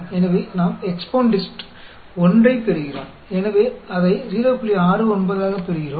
तो हम 10 का EXPONDIST प्राप्त करते हैं